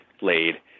laid